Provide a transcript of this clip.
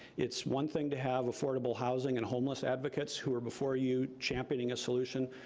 it's one thing to have affordable housing and homeless advocates who are before you championing a solution,